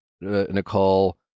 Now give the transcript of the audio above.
Nicole